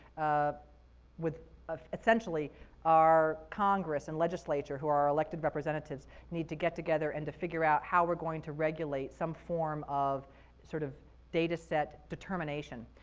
ah with essentially our congress and legislature who are elected representatives need to get together and figure out how we're going to regulate some form of sort of data set determination.